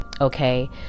okay